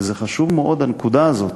וזה חשוב מאוד, הנקודה הזאת,